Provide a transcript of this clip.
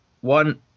one